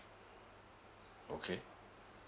okay